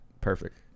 perfect